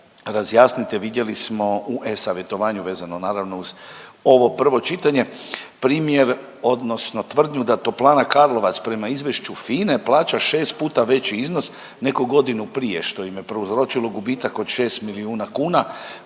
razjasnite, vidjeli smo u e-Savjetovanju, vezano naravno uz ovo prvo čitanje, primjer, odnosno tvrdnju da toplana Karlovac prema izvješću FINA-e plaća 6 puta veći iznos nego godinu prije, što im je prouzročilo gubitak od 6 milijuna kuna,